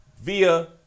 via